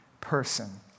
person